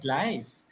life